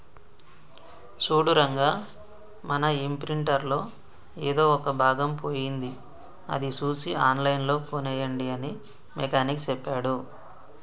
సూడు రంగా మన ఇంప్రింటర్ లో ఎదో ఒక భాగం పోయింది అది సూసి ఆన్లైన్ లో కోనేయండి అని మెకానిక్ సెప్పాడు